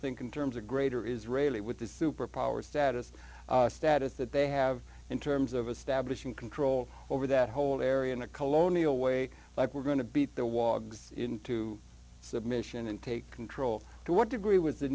think in terms of greater israeli with the superpower status status that they have in terms of establishing control over that whole area in a colonial way like we're going to beat the wogs into submission and take control to what degree was